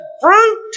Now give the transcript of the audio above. fruit